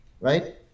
right